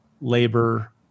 labor